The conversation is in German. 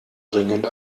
dringend